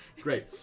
Great